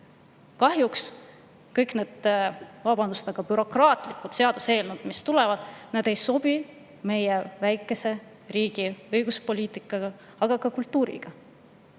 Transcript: kõik need, vabandust, bürokraatlikud seaduseelnõud, mis tulevad, ei sobi meie väikese riigi õiguspoliitikaga, samuti kultuuriga.